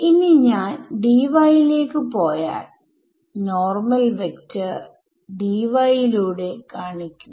ഇനി ഞാൻ Dy ലേക്ക് പോയാൽ നോർമൽ വെക്ടർ Dy ലൂടെ കാണിക്കും